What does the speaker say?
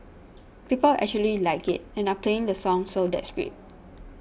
people actually like it and are playing the song so that's great